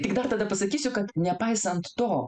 tik dar tada pasakysiu kad nepaisant to